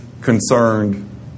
concerned